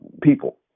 people